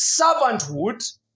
servanthood